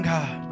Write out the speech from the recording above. God